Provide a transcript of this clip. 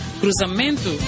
cruzamento